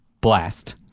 blast